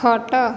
ଖଟ